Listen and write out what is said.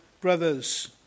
brothers